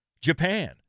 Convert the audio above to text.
Japan